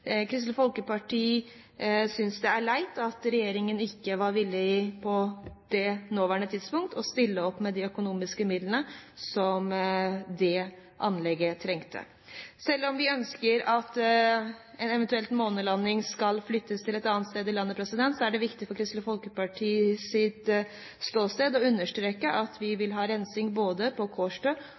Kristelig Folkeparti synes det er leit at regjeringen på det nåværende tidspunkt ikke var villig til å stille opp med de økonomiske midlene som det anlegget trengte. Selv om vi ønsker at en eventuell månelanding skal flyttes til et annet sted i landet, er det viktig for Kristelig Folkeparti å understreke at vi vil ha rensing både på Kårstø